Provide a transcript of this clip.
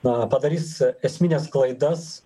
na padarys esmines klaidas